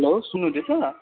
hello सुन्नु हुँदैछ